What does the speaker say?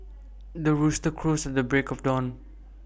the rooster crows at the break of dawn